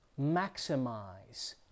maximize